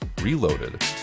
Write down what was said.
Reloaded